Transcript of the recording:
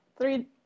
three